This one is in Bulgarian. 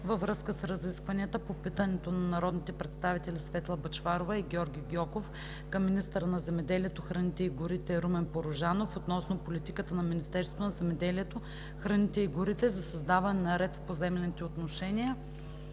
във връзка с разискванията по питането на народните представители Светла Бъчварова и Георги Гьоков към министъра на земеделието, храните и горите Румен Порожанов относно политиката на Министерството на земеделието, храните и горите за създаване на ред в поземлените отношения